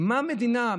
מה המדינה,